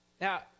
Now